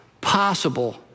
possible